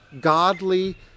godly